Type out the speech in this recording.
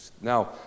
now